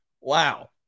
Wow